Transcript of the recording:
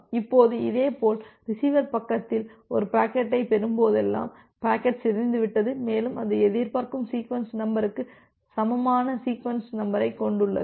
இப்போது இதேபோல் ரிசீவர் பக்கத்தில் ஒரு பாக்கெட்டைப் பெறும்போதெல்லாம் பாக்கெட் சிதைந்துவிடாது மேலும் அது எதிர்பார்க்கும் சீக்வென்ஸ் நம்பருக்கு சமமான சீக்வென்ஸ் நம்பரைக் கொண்டுள்ளது